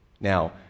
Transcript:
Now